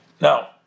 Now